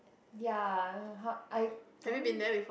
ya how~ I don't